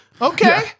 okay